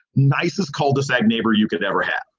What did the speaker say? nicest cul-de-sac neighbor you could ever have.